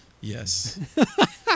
Yes